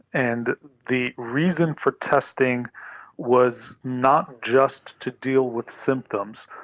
and the reason for testing was not just to deal with symptoms,